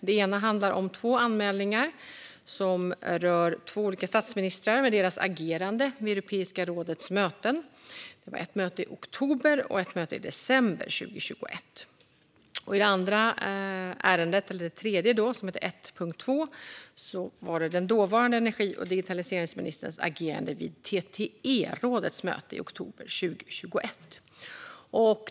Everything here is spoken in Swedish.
Den ena handlar om två anmälningar som rör två olika statsministrar och deras agerande vid Europeiska rådets möten, ett möte i oktober och ett i december 2021. Den andra punkten, eller det tredje ärendet, 1.2, rör den dåvarande energi och digitaliseringsministerns agerande vid TTE-rådets möte i oktober 2021.